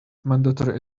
mandatory